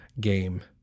game